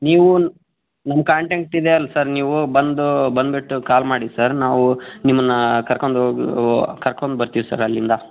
ನೀವು ನಮ್ಮ ಕಾಂಟೆಂಕ್ಟಿದೆ ಅಲ್ಲಿ ಸರ್ ನೀವು ಬಂದು ಬಂದುಬಿಟ್ಟು ಕಾಲ್ ಮಾಡಿ ಸರ್ ನಾವು ನಿಮ್ಮನ್ನು ಕರ್ಕೊಂಡೋಗು ಓ ಕರ್ಕೊಂಡ್ಬರ್ತಿವಿ ಸರ್ ಅಲ್ಲಿಂದ